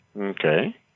Okay